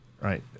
right